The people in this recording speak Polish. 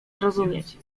zrozumieć